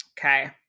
Okay